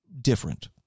different